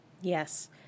Yes